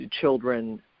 children